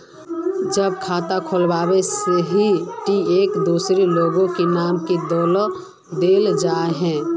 जब खाता खोलबे ही टी एक दोसर लोग के नाम की देल जाए है?